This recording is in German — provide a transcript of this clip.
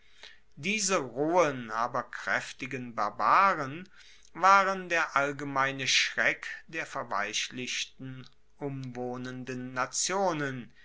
diese rohen aber kraeftigen barbaren waren der allgemeine schreck der verweichlichten umwohnenden nationen